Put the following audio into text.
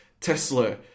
Tesla